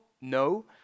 no